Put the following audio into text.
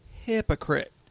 hypocrite